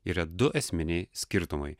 yra du esminiai skirtumai